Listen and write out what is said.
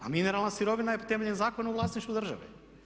A mineralna sirovina je temeljem zakona u vlasništvu države.